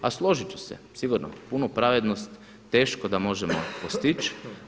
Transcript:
A složit ću se sigurno punu pravednost teško da možemo postići.